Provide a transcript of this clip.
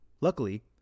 Luckily